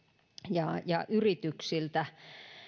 ja ja yrityksiltä